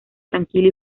tranquilo